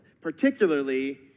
particularly